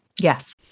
Yes